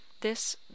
This